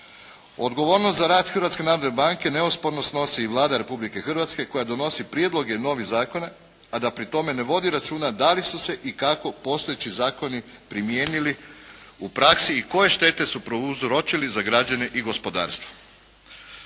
Odgovornost za rad Hrvatske narodne banke neosporno snosi i Vlada Republike Hrvatske koja donosi prijedloge novih zakona, a da pri tome ne vodi računa da li su se i kako postojeći zakoni primijenili u praksi i koje štete su prouzročili za građane i gospodarstvo.